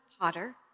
potter